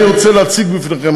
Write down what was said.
תפסיקו להציג כל דבר,